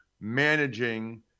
managing